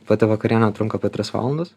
pati vakarienė trunka apie tris valandas